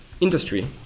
industry